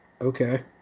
okay